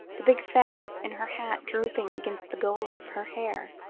the big feathers in her hat drooping against the gold of her hair.